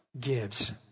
gives